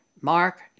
Mark